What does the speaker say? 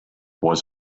was